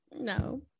No